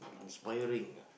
inspiring